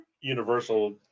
Universal